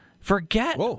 Forget